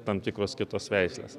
tam tikros kitos veislės